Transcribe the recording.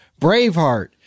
Braveheart